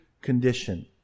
condition